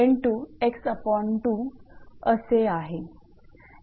तर असे आहे